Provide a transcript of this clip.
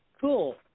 Cool